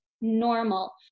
normal